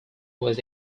was